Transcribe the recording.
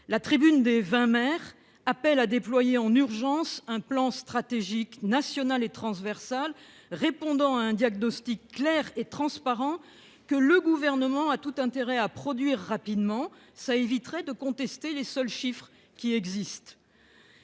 La tribune des vingt maires en question appelle à déployer en urgence un plan stratégique national et transversal qui répondrait à un diagnostic clair et transparent. Le Gouvernement a tout intérêt à produire rapidement celui-ci : cela vous éviterait de contester les seuls chiffres qui existent.